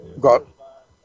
got